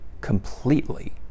completely